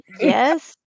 yes